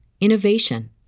innovation